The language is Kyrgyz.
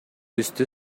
үстү